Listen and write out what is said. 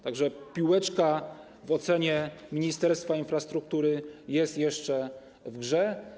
Tak że piłeczka w ocenie Ministerstwa Infrastruktury jest jeszcze w grze.